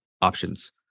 options